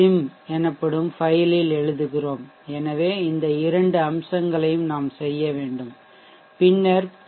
Sym எனப்படும் ஃபைலில் எழுதுகிறோம்எனவே இந்த இரண்டு அம்சங்களையும் நாம் செய்ய வேண்டும் பின்னர் பி